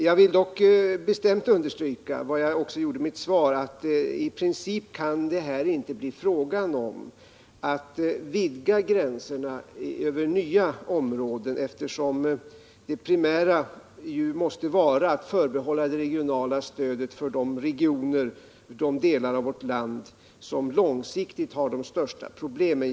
Jag vill dock bestämt understryka — vilket jag också gör i mitt svar — att det i princip inte kan bli fråga om att vidga gränserna över nya områden, eftersom det primära ju måste vara att förbehålla de regioner och delar av vårt land, som långsiktigt har de största problemen, det regionala stödet.